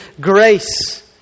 grace